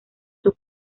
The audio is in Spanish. sus